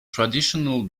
traditional